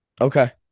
Okay